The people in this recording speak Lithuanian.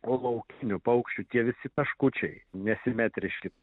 o laukinių paukščių tie visi taškučiai nesimetriški